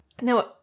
Now